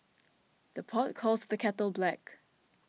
the pot calls the kettle black